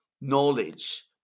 knowledge